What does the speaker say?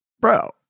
Bro